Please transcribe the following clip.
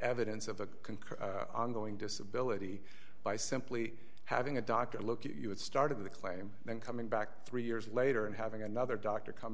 evidence of a concrete ongoing disability by simply having a doctor look at you at start of the claim then coming back three years later and having another doctor come